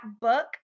book